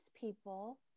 people